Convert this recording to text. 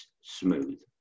smooth